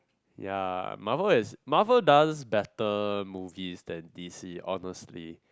ya Marvel is Marvel does better movie than DC honestly